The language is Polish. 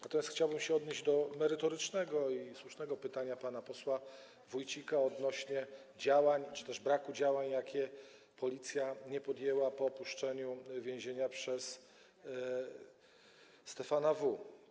Natomiast chciałbym się odnieść do merytorycznego i słusznego pytania pana posła Wójcika dotyczącego działań - czy też braku działań - których Policja nie podjęła po opuszczeniu więzienia przez Stefana W.